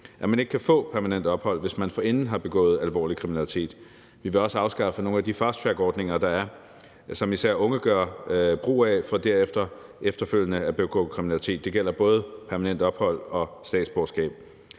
at man ikke kan få permanent ophold, hvis man forinden har begået alvorlig kriminalitet. Vi vil også afskaffe nogle af de fasttrackordninger, der er, og som især unge gør brug af for efterfølgende at begå kriminalitet. Det gælder både permanent ophold og statsborgerskab,